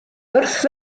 wrth